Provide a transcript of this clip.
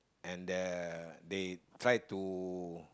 and the they try to